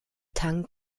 tank